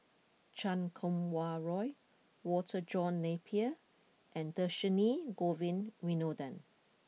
Chan Kum Wah Roy Walter John Napier and Dhershini Govin Winodan